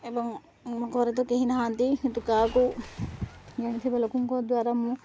ଏବଂ ମୋ ଘରେ ତ କେହି ନାହାନ୍ତି କିନ୍ତୁ କାହାକୁ ଜାଣିଥିବା ଲୋକଙ୍କ ଦ୍ୱାରା ମୁଁ